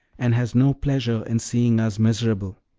and has no pleasure in seeing us miserable.